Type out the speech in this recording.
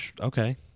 Okay